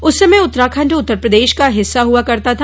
उस समय उत्तराखण्ड उत्तरप्रदेश का हिस्सा हुआ करता था